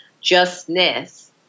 justness